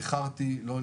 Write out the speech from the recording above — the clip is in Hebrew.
מאחרים ועוד.